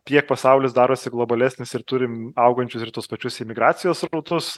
tiek pasaulis darosi globalesnis ir turim augančius ir tuos pačius imigracijos srautus